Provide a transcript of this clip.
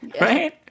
Right